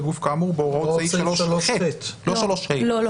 גוף כאמור בהוראות סעיף --- לא 3ה. לא.